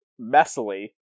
Messily